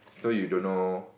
so you don't know